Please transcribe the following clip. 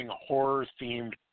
horror-themed